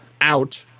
out